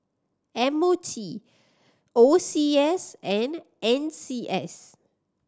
M O T O C S and N C S